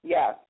Yes